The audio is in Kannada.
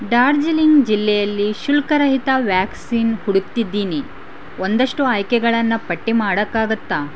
ಡಾರ್ಜಿಲಿಂಗ್ ಜಿಲ್ಲೆಯಲ್ಲಿ ಶುಲ್ಕರಹಿತ ವ್ಯಾಕ್ಸಿನ್ ಹುಡುಕ್ತಿದ್ದೀನಿ ಒಂದಷ್ಟು ಆಯ್ಕೆಗಳನ್ನು ಪಟ್ಟಿ ಮಾಡೋಕ್ಕಾಗುತ್ತಾ